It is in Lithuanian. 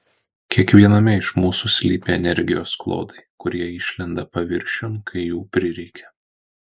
kiekviename iš mūsų slypi energijos klodai kurie išlenda paviršiun kai jų prireikia